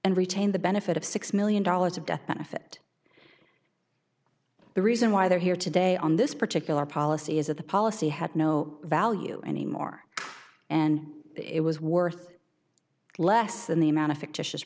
and retained the benefit of six million dollars of death benefit the reason why they're here today on this particular policy is that the policy had no value anymore and it was worth less than the amount of fictitious